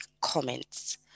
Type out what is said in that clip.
comments